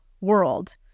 world